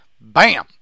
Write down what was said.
bam